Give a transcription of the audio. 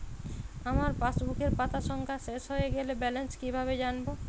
আমার পাসবুকের পাতা সংখ্যা শেষ হয়ে গেলে ব্যালেন্স কীভাবে জানব?